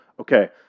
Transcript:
Okay